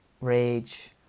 rage